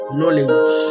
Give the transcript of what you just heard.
knowledge